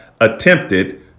attempted